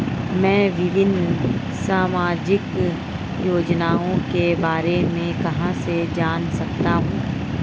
मैं विभिन्न सामाजिक योजनाओं के बारे में कहां से जान सकता हूं?